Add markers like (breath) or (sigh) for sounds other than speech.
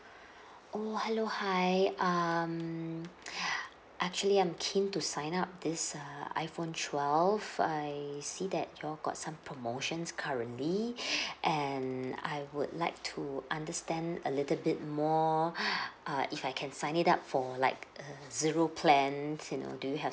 oh hello hi um (breath) actually I'm keen to sign up this err iphone twelve I see that you all got some promotions currently (breath) and I would like to understand a little bit more (breath) uh if I can sign it up for like a zero plans you know do you have